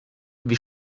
wie